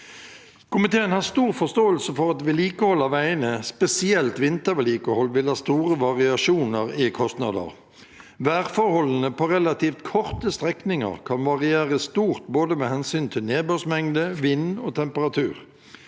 Komiteen har stor forståelse for at vedlikehold av veiene, spesielt vintervedlikehold, vil ha store variasjoner i kostnader. Værforholdene på relativt korte strekninger kan variere stort med hensyn til både nedbørsmengde, vind og temperatur.